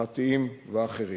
הלכתיים ואחרים".